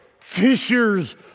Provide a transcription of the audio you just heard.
fishers